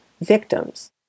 victims